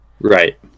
Right